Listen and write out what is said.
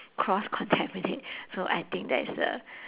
cross contaminate so I think that is a